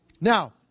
Now